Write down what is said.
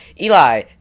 eli